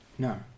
No